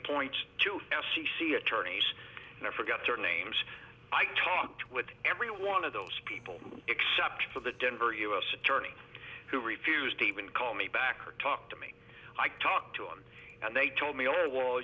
points to c c attorneys and i forget their names i talked with every one of those people except for the denver u s attorney who refused to even call me back or talk to me i talked to him and they told me